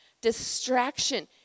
distraction